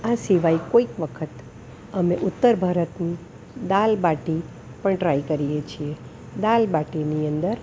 આ સિવાય કોઈક વખત અમે ઉત્તર ભારતની દાલ બાટી પણ ટ્રાય કરીએ છીએ દાલ બાટીની અંદર